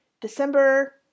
December